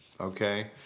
Okay